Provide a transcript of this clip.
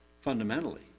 fundamentally